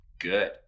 good